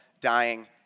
dying